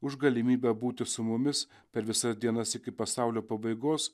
už galimybę būti su mumis per visas dienas iki pasaulio pabaigos